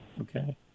Okay